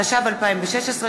התשע"ו 2016,